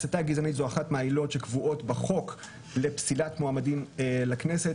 הסתה גזענית זו אחת מהעילות שקבועות בחוק לפסילת מועמדים לכנסת.